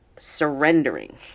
surrendering